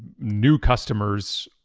new customers,